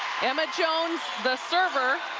emma jones, the server,